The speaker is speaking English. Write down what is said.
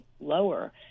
lower